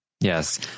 Yes